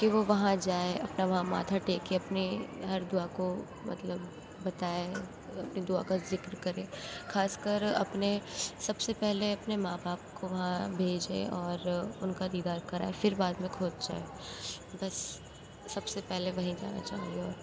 کہ وہ وہاں جائے اپنا وہاں ماتھا ٹیکے اپنی ہر دُعا کو مطلب بتائے اپنی دُعا کا ذکر کرے خاص کر اپنے سب سے پہلے اپنے ماں باپ کو وہاں بھیجیں اور اُن کا دیدار کرائے پھر بعد میں خود جائے بس سب سے پہلے وہیں جانا چاہوں گی اور